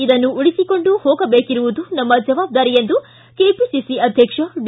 ಇದನ್ನು ಉಳಿಸಿಕೊಂಡು ಹೋಗಬೇಕಿರುವುದು ನಮ್ಮ ಜವಾಬ್ದಾರಿ ಎಂದು ಕೆಪಿಸಿಸಿ ಅಧ್ಯಕ್ಷ ಡಿ